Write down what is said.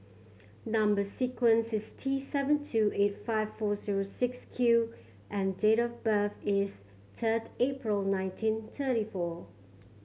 number sequence is T seven two eight five four zero six Q and date of birth is third April nineteen thirty four